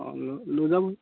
অঁ লৈ লৈ যাব